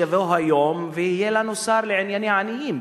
שיבוא היום ויהיה לנו שר לענייני עניים,